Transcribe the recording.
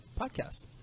podcast